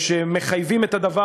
שמחייבים את הדבר,